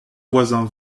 voisin